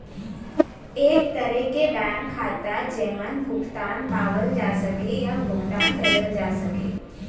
एक तरे क बैंक खाता जेमन भुगतान पावल जा सके या भुगतान करल जा सके